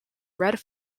red